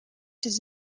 does